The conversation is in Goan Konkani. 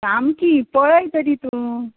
सामकी पळय तरी तूं